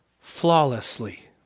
flawlessly